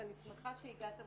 ואני שמחה שהגעת,